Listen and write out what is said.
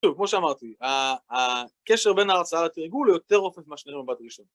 כמו שאמרתי, הקשר בין ההרצאה לתרגול הוא יותר רופף ממה שנראה במבט ראשון.